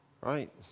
right